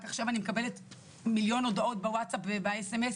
רק עכשיו אני מקבלת מיליון הודעות בוואסטאפ ובסמס,